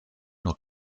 nur